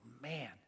man